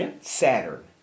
Saturn